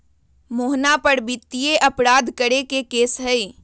मोहना पर वित्तीय अपराध करे के केस हई